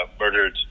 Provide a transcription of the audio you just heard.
murdered